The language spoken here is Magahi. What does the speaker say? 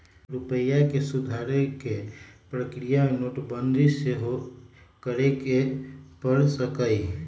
रूपइया के सुधारे कें प्रक्रिया में नोटबंदी सेहो करए के पर सकइय